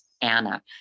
Anna